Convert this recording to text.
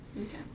Okay